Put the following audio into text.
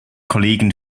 kollegen